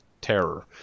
terror